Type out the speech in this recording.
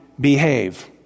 behave